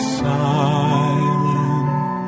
silent